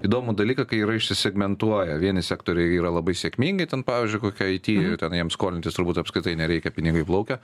įdomų dalyką kai yra išsisegmentuoja vieni sektoriai yra labai sėkmingai ten pavyzdžiui kokia it jie ten jiem skolintis turbūt apskritai nereikia pinigai plaukia